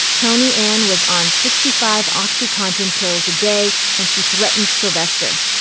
toni-ann was on sixty five oxycontin pills a day, and she threatened sylvester.